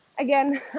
Again